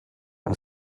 who